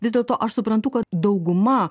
vis dėlto aš suprantu kad dauguma